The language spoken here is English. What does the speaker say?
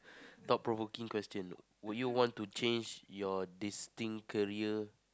thought-provoking question would you want to change your distinct career